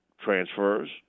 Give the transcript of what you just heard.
transfers